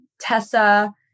Tessa